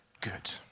good